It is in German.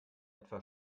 etwa